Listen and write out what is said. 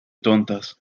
tontas